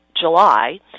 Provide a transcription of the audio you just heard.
July